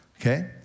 Okay